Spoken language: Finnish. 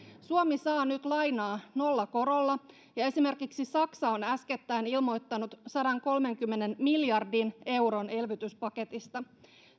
suomi saa nyt lainaa nollakorolla ja esimerkiksi saksa on äskettäin ilmoittanut sadankolmenkymmenen miljardin euron elvytyspaketista